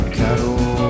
cattle